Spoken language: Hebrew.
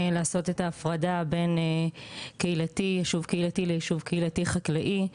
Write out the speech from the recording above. לעשות את ההפרדה בין יישוב קהילתי ליישוב קהילתי חקלאי,